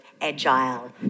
agile